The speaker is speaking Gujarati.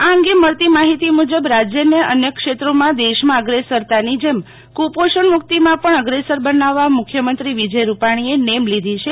આ અંગે મળતી માહિતી મુજબ રાજ્યને અન્ય ક્ષેત્રોમાં દેશમાં અગ્રેસરતાની જેમ કુપોષણમુક્તિમાં પેણ અગ્રેસર બનાવવાં મુખ્યમંત્રી વિજય રૂપાણીએ નેમ લીધી છે